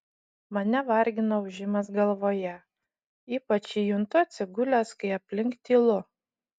mane vargina ūžimas galvoje ypač jį juntu atsigulęs kai aplink tylu